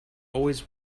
always